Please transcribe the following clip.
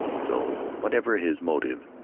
so, whatever his motive,